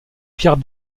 pierre